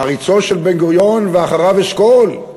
מעריצו של בן-גוריון ואחריו אשכול,